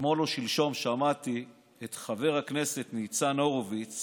אתמול או שלשום שמעתי את חבר הכנסת ניצן הורוביץ